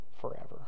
forever